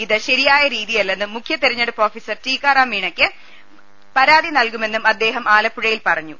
ഇത് ശരിയായ രീതിയല്ലെന്നും മുഖ്യതെരഞ്ഞെടുപ്പ് ഓഫീസർ ടിക്കാറാം മീണക്ക് പരാതി നൽകുമെന്ന് അദ്ദേഹം ആലപ്പുഴയിൽ പറഞ്ഞു